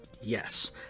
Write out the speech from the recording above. Yes